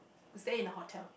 stay in the hotel